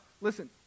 listen